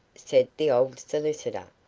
said the old solicitor,